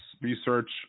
research